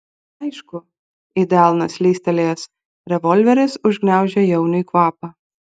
aišku į delną slystelėjęs revolveris užgniaužė jauniui kvapą